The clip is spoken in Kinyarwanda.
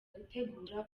gutegura